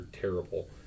terrible